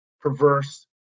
perverse